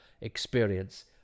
experience